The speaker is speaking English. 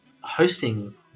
hosting